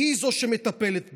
והיא זו שמטפלת בנו.